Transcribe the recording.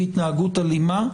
והתנהגות אלימה,